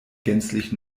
gänzlich